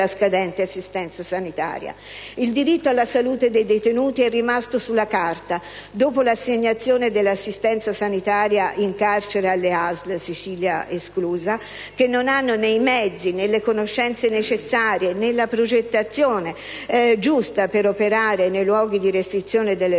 Il diritto alla salute dei detenuti è rimasto sulla carta. Dopo l'assegnazione dell'assistenza sanitaria in carcere alle ASL (Sicilia esclusa), che non hanno né i mezzi, né le conoscenze necessarie, né la progettazione giusta per operare nei luoghi di restrizione della libertà,